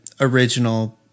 original